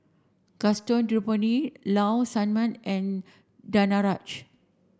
Gaston Dutronquoy Low Sanmay and Danaraj